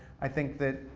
i think that,